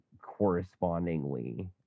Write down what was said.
correspondingly